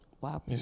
Wow